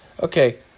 Okay